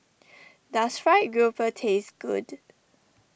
does Fried Grouper taste good